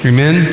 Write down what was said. Amen